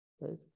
right